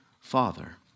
father